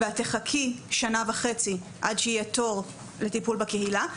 ואת תחכי שנה וחצי עד שיהיה תור לטיפול בקהילה,